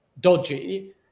dodgy